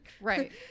right